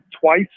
twice